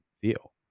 feel